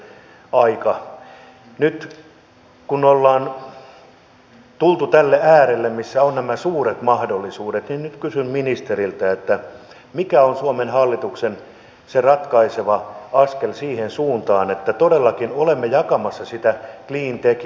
kun ollaan tultu tälle äärelle missä on nämä suuret mahdollisuudet niin nyt kysyn ministeriltä mikä on suomen hallituksen se ratkaiseva askel siihen suuntaan että todellakin olemme jakamassa sitä cleantechin mahdollisuutta